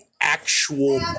actual